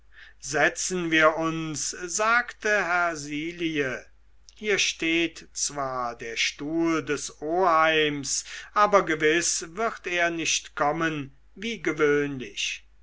setzen wir uns sagte hersilie hier steht zwar der stuhl des oheims aber gewiß wird er nicht kommen wie gewöhnlich